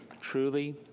truly